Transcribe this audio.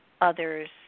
others